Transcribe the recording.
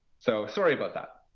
so, sorry about that.